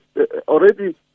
already